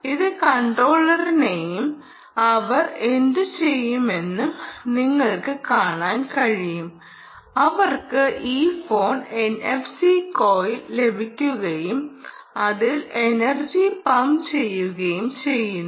ഇത് കൺട്രോളറാണെന്നും അവർ എന്തുചെയ്യുമെന്നും നിങ്ങൾക്ക് കാണാൻ കഴിയും അവർക്ക് ഈ ഫോൺ എൻഎഫ്സി കോയിൽ ലഭിക്കുകയും അതിൽ എനർജി പമ്പ് ചെയ്യുകയും ചെയ്യുന്നു